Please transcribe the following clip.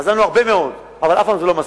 עזרנו הרבה מאוד, אבל פעם אחת זה לא מספיק.